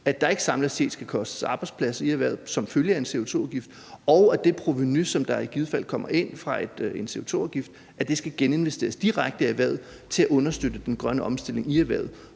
at det samlet set ikke skal koste arbejdspladser i erhvervet som følge af en CO2-afgift, og at det provenu, der i givet fald kommer ind fra en CO2-afgift, skal geninvesteres direkte i erhvervet til at understøtte den grønne omstilling i erhvervet.